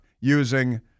using